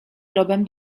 globem